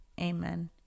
amen